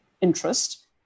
interest